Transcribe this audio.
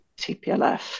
TPLF